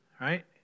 right